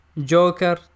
Joker